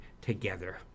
together